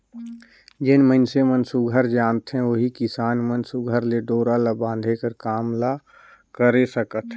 जेन मइनसे मन सुग्घर जानथे ओही किसान मन सुघर ले डोरा ल बांधे कर काम ल करे सकथे